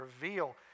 reveal